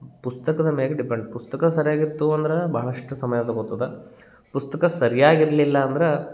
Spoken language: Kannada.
ಪುಸ್ತಕದ ಮೇಲ್ ಡಿಪೆಂಡ್ ಪುಸ್ತಕ ಸರಿಯಾಗಿತ್ತು ಅಂದ್ರೆ ಬಹಳಷ್ಟು ಸಮಯ ತಗೊತದೆ ಪುಸ್ತಕ ಸರಿಯಾಗಿರ್ಲಿಲ್ಲ ಅಂದ್ರೆ